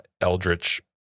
eldritch